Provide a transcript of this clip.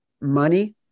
Money